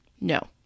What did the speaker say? No